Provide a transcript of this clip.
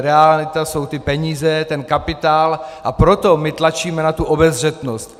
Realita jsou ty peníze, ten kapitál, a proto tlačíme na tu obezřetnost.